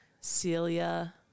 Celia